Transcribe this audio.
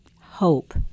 hope